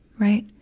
right.